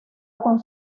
con